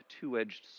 two-edged